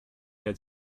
had